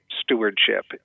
stewardship